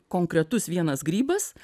konkretus vienas grybas